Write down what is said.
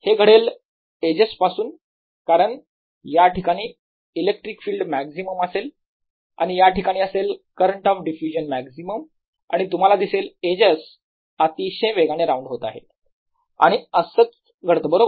हे घडेल एजेस पासून कारण या ठिकाणी इलेक्ट्रिक फिल्ड मॅक्झिमम असेल आणि याठिकाणी असेल करंट ऑफ डिफ्युजन मॅक्झिमम आणि तुम्हाला दिसेल एजेस अतिशय वेगाने राउंड होत आहेत आणि असंच घडत बरोबर